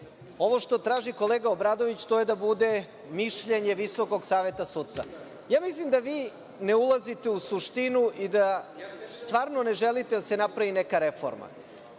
Ovo što traži kolega Obradović to je da bude mišljenje Visokog saveta sudstva. Mislim da vi ne ulazite u suštinu i da stvarno ne želite da se napravi neka reforma.